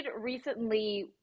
recently